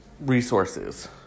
resources